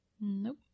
Nope